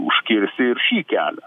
užkirsti ir šį kelią